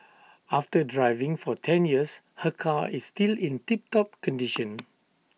after driving for ten years her car is still in tip top condition